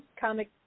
comic